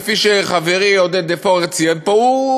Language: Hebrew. כפי שחברי עודד פורר ציין פה,